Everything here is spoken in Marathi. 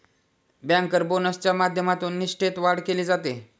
बँकर बोनसच्या माध्यमातून निष्ठेत वाढ केली जाते